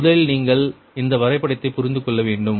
முதலில் நீங்கள் இந்த வரைபடத்தை புரிந்துகொள்ள வேண்டும்